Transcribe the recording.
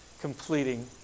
completing